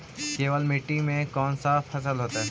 केवल मिट्टी में कौन से फसल होतै?